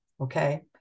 okay